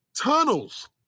tunnels